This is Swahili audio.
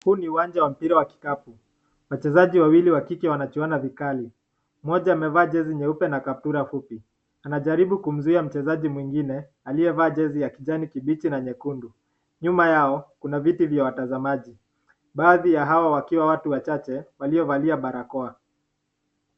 Huu ni uwanja wa mpira wa kikabu, wachezaji wawili wa kike wanajuana vikali. Mmoja amevaa jezi nyeupe na kaptura kubwa, anajaribu kumzuia mchezaji mwingine aliyevaa jezi ya kijani kibichi na nyekundu nyuma yao kuna viti vya watazamaji baadhi ya hawa wakiwa watu wachache walio valia barakoa.